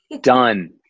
Done